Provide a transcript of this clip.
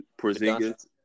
Porzingis